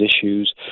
issues